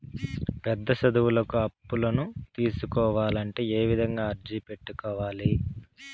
పెద్ద చదువులకు అప్పులను తీసుకోవాలంటే ఏ విధంగా అర్జీ పెట్టుకోవాలి?